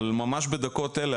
אבל ממש בדקות אלה,